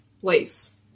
place